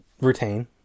Retain